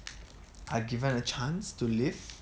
are given a chance to live